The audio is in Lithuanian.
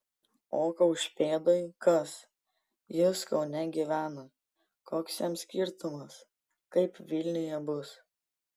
o kaušpėdui kas jis kaune gyvena koks jam skirtumas kaip vilniuje bus